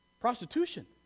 prostitution